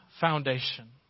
foundation